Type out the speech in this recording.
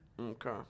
Okay